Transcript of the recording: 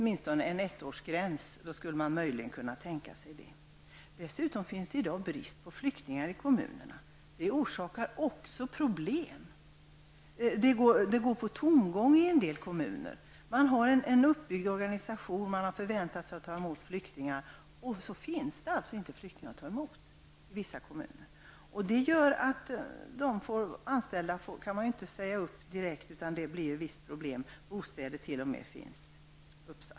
Man skulle möjligen ha kunnat tänka sig en ettårsgräns. Dessutom finns det i dag brist på flyktingar i kommunerna. Det orsakar också problem. I en del kommuner går allt på tomgång. Man har byggt upp en organisation för att ta emot flyktingar, men sedan finns det inga flyktingar att ta emot. Men de personer som har anställts kan inte bara sägas upp, och detta orsakar alltså problem. Det finns t.o.m.